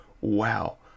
wow